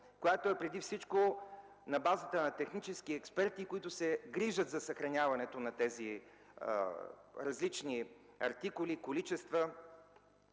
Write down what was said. която е преди всичко на базата на технически експерти, които се грижат за съхраняването на тези различни артикули, количества,